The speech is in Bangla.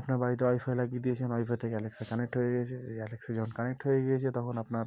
আপনার বাড়িতে ওয়াইফাই লাগিয়ে দিয়েছেন ওয়াইফাই থেকে অ্যালেক্সা কানেক্ট হয়ে গিয়েছে এই অ্যালেক্সা যখন কানেক্ট হয়ে গিয়েছে তখন আপনার